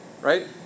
right